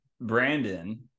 Brandon